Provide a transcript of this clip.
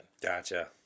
Gotcha